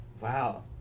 Wow